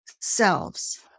selves